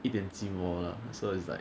一点寂寞 lah so it's like